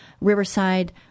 Riverside